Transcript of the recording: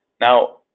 Now